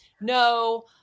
no